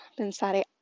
pensare